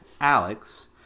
Alex